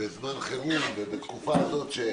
בזמן חירום, ובתקופה הזאת שהוא